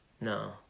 No